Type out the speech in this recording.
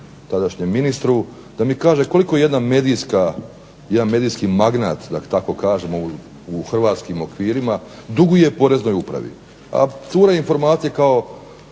tadašnjem ministru da mi kaže koliko jedan medijski magnat da tako kažemo u hrvatskim okvirima duguje Poreznoj upravi, a cure informacije kao